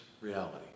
reality